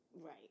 Right